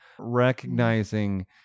recognizing